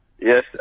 Yes